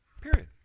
Period